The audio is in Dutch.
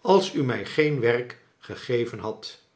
als u mij geen werk gegeven hadt